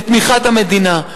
בתמיכת המדינה.